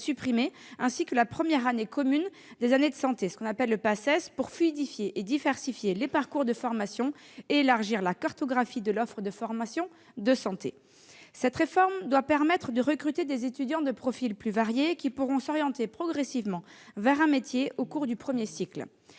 ainsi que la première année commune aux études de santé, la PACES, pour fluidifier et diversifier les parcours de formation et élargir la cartographie de l'offre de formation en santé. Cette réforme doit permettre de recruter des étudiants de profils plus variés, qui pourront s'orienter progressivement vers un métier au cours du premier cycle.